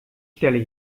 stelle